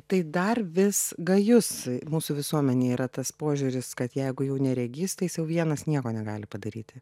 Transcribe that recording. tai dar vis gajus mūsų visuomenėj yra tas požiūris kad jeigu jau neregys tai jis jau vienas nieko negali padaryti